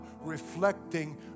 reflecting